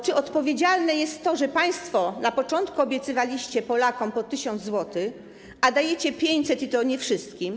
Czy odpowiedzialne jest to, że państwo na początku obiecywaliście Polakom po 1 tys. zł, a dajecie 500 zł, i to nie wszystkim?